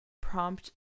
prompt